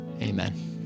Amen